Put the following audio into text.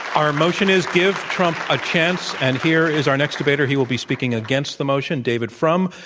our motion is give trump a chance. and here is our next debater. he will be speaking against the motion, david frum,